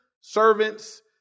servants